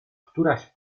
któraś